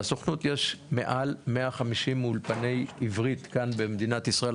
לסוכנות יש מעל 150 אולפני עברית כאן במדינת ישראל.